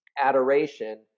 adoration